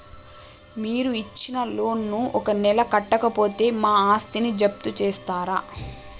మీరు ఇచ్చిన లోన్ ను ఒక నెల కట్టకపోతే మా ఆస్తిని జప్తు చేస్తరా?